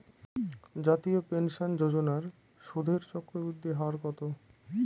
জাতীয় পেনশন যোজনার সুদের চক্রবৃদ্ধি হার কত?